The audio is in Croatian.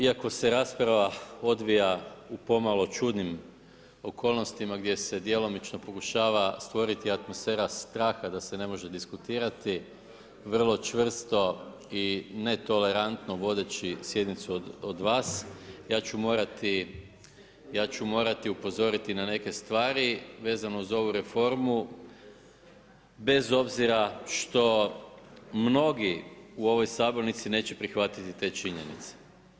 Iako se rasprava odvija u pomalo čudnim okolnostima gdje se djelomično pokušava stvoriti atmosfera straha da se ne može diskutirati, vrlo čvrsto i netolerantno vodeći sjednicu od vas, ja ću morati upozoriti na neke stvari vezano uz ovu reformu, bez obzira što mnogi u ovoj Sabornici neće prihvatiti te činjenice.